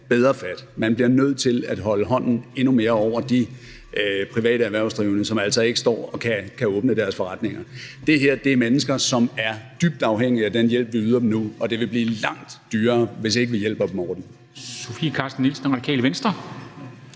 bedre fat; man bliver nødt til at holde hånden endnu mere over de private erhvervsdrivende, som altså står og ikke kan åbne deres forretninger. Det her er mennesker, som er dybt afhængige af den hjælp, vi yder dem nu, og det vil blive langt dyrere, hvis ikke vi hjælper dem igennem